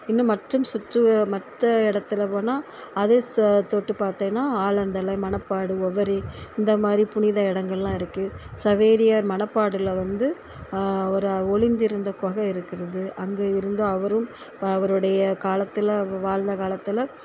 இன்னும் மற்றும் சுற்று மற்ற இடத்துல போனால் அதே த தொட்டு பார்த்தேனா ஆலந்தலை மணப்பாடு ஒவ்வெரி இந்த மாதிரி புனித இடங்கள்லாம் இருக்கு சவேரியார் மனப்பாடில் வந்து அவர் ஒழிந்து இருந்த கொகை இருக்கிறது அங்கே இருந்து அவரும் ப அவருடைய காலத்தில அவங்க வாழ்ந்த காலத்தில்